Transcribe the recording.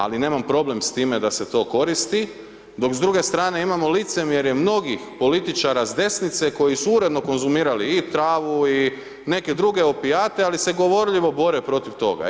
Ali nemam problem s time da se to koristi dok s druge strane imamo licemjerje mnogih političara s desnice koji su uredno konzumirali i travu i neke druge opijate ali se govorljivo bore protiv toga.